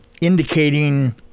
indicating